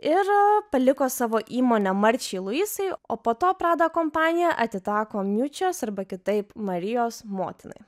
ir paliko savo įmonę marčiai luisai o po to prada kompanija atiteko miučios arba kitaip marijos motinai